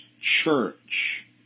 Church